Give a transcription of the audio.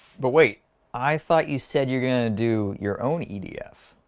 but wait i thought you said you're gonna do your own edf